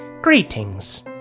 greetings